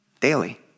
daily